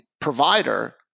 provider